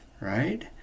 Right